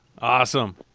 Awesome